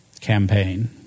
campaign